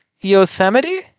Yosemite